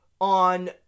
on